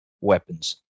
weapons